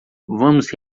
vamos